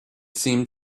seemed